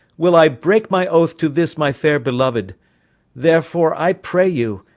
will i break my oath to this my fair belov'd therefore, i pray you,